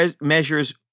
measures